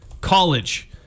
college